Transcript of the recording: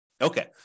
Okay